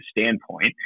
standpoint